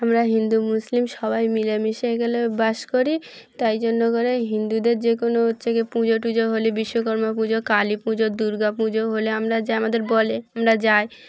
আমরা হিন্দু মুসলিম সবাই মিলেমিশে এখানে বাস করি তাই জন্য করে হিন্দুদের যে কোনো হচ্ছে কি পুজো টুজো হলে বিশ্বকর্মা পুজো কালী পুজো দুর্গা পুজো হলে আমরা যে আমাদের বলে আমরা যাই